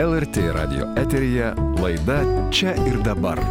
lrt radijo eteryje laida čia ir dabar